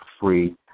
free